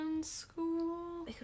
school